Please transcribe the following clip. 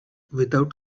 without